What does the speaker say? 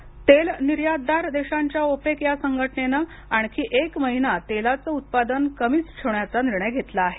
OPEC तेल निर्यातदार देशांच्या ओपेक या संघटनेनं आणखी एक महिना तेलाचं उत्पादन कमीच ठेवण्याचा निर्णय घेतला आहे